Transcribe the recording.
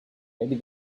maybe